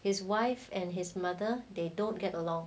his wife and his mother they don't get along